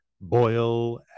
boil